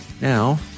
Now